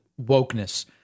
wokeness